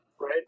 Right